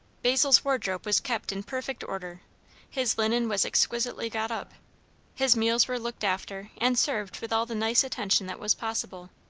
basil's wardrobe was kept in perfect order his linen was exquisitely got up his meals were looked after, and served with all the nice attention that was possible.